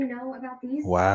Wow